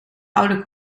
oude